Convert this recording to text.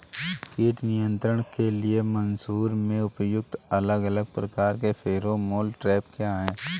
कीट नियंत्रण के लिए मसूर में प्रयुक्त अलग अलग प्रकार के फेरोमोन ट्रैप क्या है?